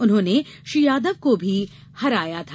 उन्होंने श्री यादव को ही हराया था